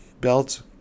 belt